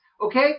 okay